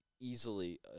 easily –